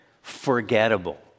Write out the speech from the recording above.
Forgettable